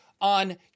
on